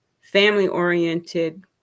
family-oriented